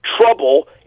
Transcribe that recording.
trouble